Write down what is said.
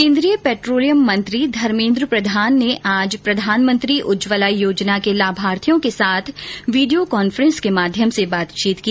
केन्द्रीय पेट्रोलियम मंत्री धर्मेन्द्र प्रधान ने आज प्रधानमंत्री उज्वला योजना के लाभार्थियों के साथ वीडियो कांफेंस के माध्यम से बातचीत की